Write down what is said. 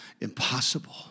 impossible